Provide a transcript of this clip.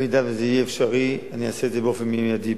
אם זה יהיה אפשרי, אני אעשה את זה באופן מיידי.